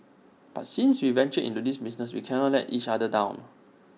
but since we ventured into this business we cannot let each other down